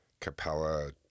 Capella